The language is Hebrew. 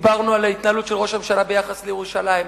דיברנו על ההתנהלות של ראש הממשלה ביחס לירושלים,